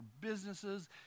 businesses